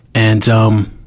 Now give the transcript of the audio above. and, um,